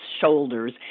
shoulders